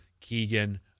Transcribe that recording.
Keegan